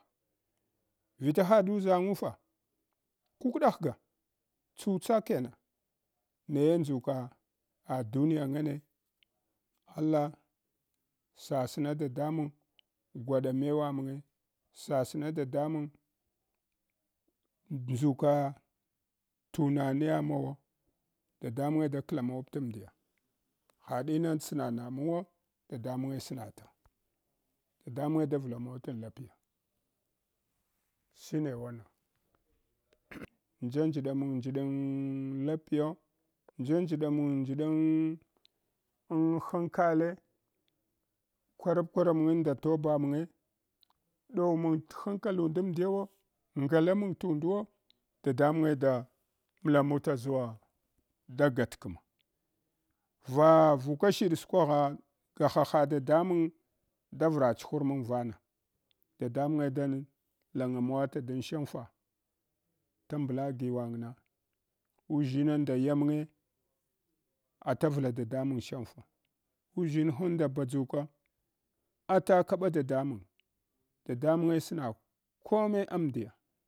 Vita haɗu ʒangufa kukɗ ghga tsutsa kena naye ndʒuka ah duniya dane allah sasna dadamang gwaɗa mewa mange sasna dadamang ndʒuka tunaniya mawa dadamang ndʒuka tunaniya mawa dadamange da wamawapta mdiya hadini sna namawawo damange snata dadamange da vlamavatan lapiya shine wanan ngagɗamang njɗa lapiya ngagɗamang njɗa an hankale karap kwaramange nda taba mange ɗowmang t’ hankalund amdigawo ngalamang tundwo dadamange da mvamwla ʒuwa da gatkama va vuka shiɗ skwagha ga haha dadamang da vra chuhurmang vana dadamange dani langamwata dan shangfa tambla giwangna uʒsliminda yamange atavla dadamang shangʒ uʒinhunda badʒuka ata kaɓa dadamang dadamange sna kome amdiya.